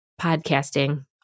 podcasting